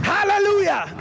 Hallelujah